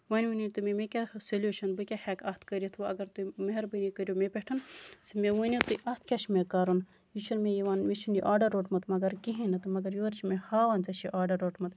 وۄنۍ ؤنو تُہۍ مےٚ مےٚ کیاہ سٔلوٗشَن بہٕ کیاہ ہٮ۪کہٕ اَتھ کٔرِتھ وۄنۍ اَگر تُہۍ مہربٲنی کٔرِو مےٚ پٮ۪ٹھ مےٚ ؤنو تُہۍ اَتھ کیاہ چھُ مےٚ کَرُن مےٚ ؤنو تُہۍ زِ اَتھ کیاہ چھُ مےٚ کَرُن یہِ چھُنہٕ مےٚ یِوان مےٚ چھُنہٕ یہِ آرڈر روٚٹمُت مَگر کِہیٖنۍ نہٕ مَگر یورٕ چھُ مےٚ ہاوان ژٕ چھُے آرڈر روٚٹمُت